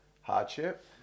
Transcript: hardship